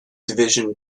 division